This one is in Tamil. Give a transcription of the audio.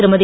திருமதி